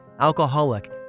alcoholic